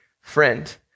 friend